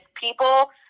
people